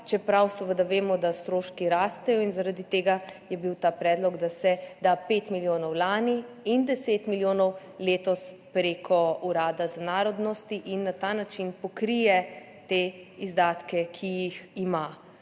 čeprav seveda vemo, da stroški rastejo. Zaradi tega je bil ta predlog, da se da 5 milijonov lani in 10 milijonov letos prek Urada za narodnosti in na ta način pokrije te izdatke, ki jih ima